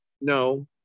No